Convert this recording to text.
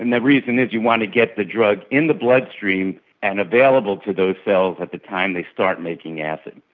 and the reason is you want to get the drug in the bloodstream and available to those cells at the time they start making acid.